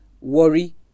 Worry